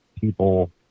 people